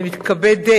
אני מתכבדת